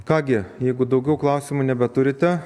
ką gi jeigu daugiau klausimų nebeturite